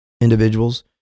individuals